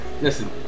Listen